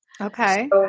Okay